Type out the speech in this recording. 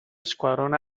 escuadrón